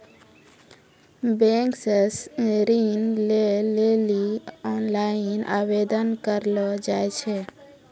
bank से ऋण लै लेली ओनलाइन आवेदन करलो जाय छै